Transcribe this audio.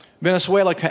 Venezuela